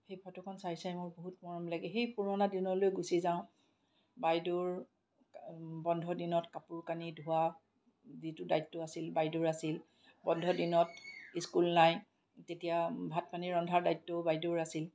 সেই ফটোখন চাই চাই মোৰ বহুত মৰম লাগে সেই পুৰণা দিনলৈ গুচি যাওঁ বাইদেউৰ বন্ধ দিনত কাপোৰ কানি ধোৱা যিটো দায়িত্ব আছিল বাইদেউৰ আছিল বন্ধ দিনত স্কুল নাই তেতিয়া ভাত পানী ৰন্ধাৰ দায়িত্বও বাইদেউৰ আছিল